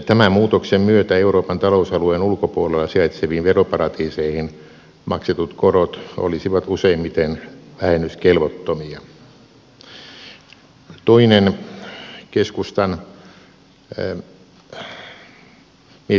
tämän muutoksen myötä euroopan talousalueen ulkopuolella sijaitseviin veroparatiiseihin maksetut korot olisivat useimmiten vähennyskelvottomia